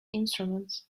instruments